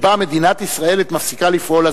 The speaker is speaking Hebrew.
שמדינת ישראל מפסיקה לפעול,